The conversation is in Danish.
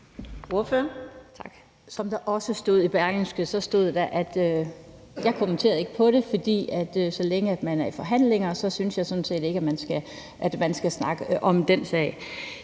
stod også i Berlingske, at jeg ikke kommenterer på det, for så længe man er i forhandlinger, synes jeg sådan set ikke, at man skal snakke om den sag.